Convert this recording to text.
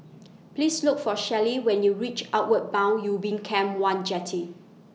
Please Look For Shelly when YOU REACH Outward Bound Ubin Camp one Jetty